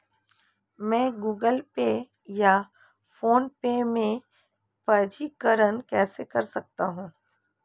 मैं Google pay या PhonePe में पंजीकरण कैसे कर सकता हूँ?